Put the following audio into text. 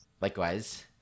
Likewise